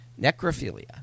necrophilia